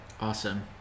Awesome